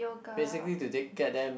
basically to day care them